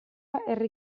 herri